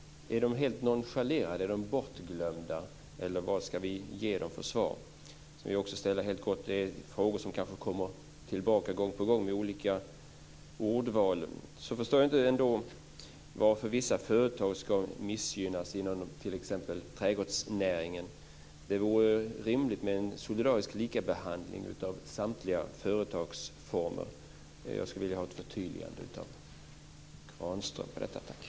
Är de helt nonchalerade och bortglömda, eller vad ska vi ge dem för svar? Jag vill också ställa en helt kort fråga. Det finns olika frågor som kanske kommer tillbaka gång på gång i olika ordval. Jag förstår inte varför vissa företag ska missgynnas, t.ex. inom trädgårdsnäringen. Det vore rimligt med en solidarisk likabehandling av samtliga företagsformer. Jag skulle vilja ha ett förtydligande av detta från Granström.